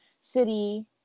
city